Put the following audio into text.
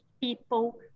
people